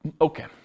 Okay